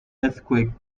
earthquake